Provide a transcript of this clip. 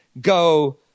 go